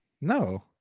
No